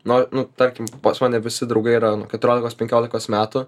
nu nu tarkim pas mane visi draugai yra nuo keturiolikos penkiolikos metų